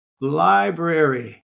library